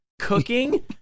cooking